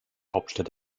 hauptstadt